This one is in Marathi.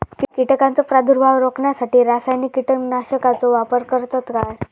कीटकांचो प्रादुर्भाव रोखण्यासाठी रासायनिक कीटकनाशकाचो वापर करतत काय?